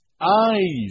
eyes